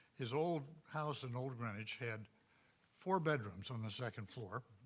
his old house in old greenwich had four bedrooms on the second floor.